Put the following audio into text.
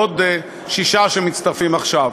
ועוד שישה שמצטרפים עכשיו.